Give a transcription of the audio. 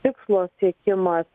tikslo siekimas